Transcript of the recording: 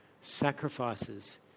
sacrifices